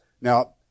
Now